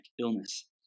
illness